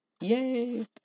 Yay